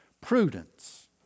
prudence